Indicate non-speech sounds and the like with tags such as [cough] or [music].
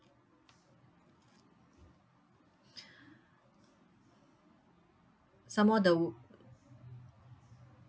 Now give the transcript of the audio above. [breath] some more the w~